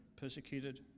persecuted